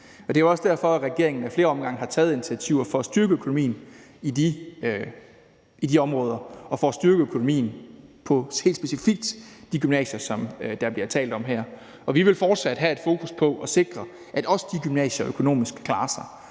Det er jo også derfor, regeringen ad flere omgange har taget initiativer for at styrke økonomien i de områder og for at styrke økonomien helt specifikt på de gymnasier, som der bliver talt om her. Vi vil fortsat have et fokus på at sikre, at også de gymnasier klarer sig